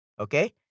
okay